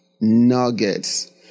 nuggets